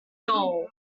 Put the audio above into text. soul